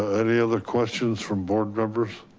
any other questions from board members?